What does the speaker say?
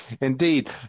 Indeed